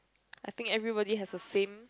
I think everybody has the same